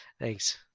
Thanks